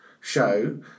show